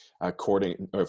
according